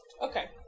Okay